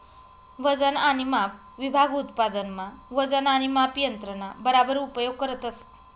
वजन आणि माप विभाग उत्पादन मा वजन आणि माप यंत्रणा बराबर उपयोग करतस